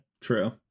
True